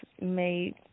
made